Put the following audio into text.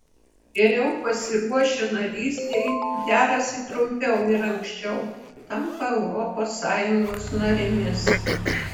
geriau pasiruošę narystei derasi trumpiau ir anksčiau tampa europos sąjungos narėmis